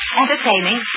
entertaining